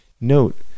Note